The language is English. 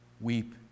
weep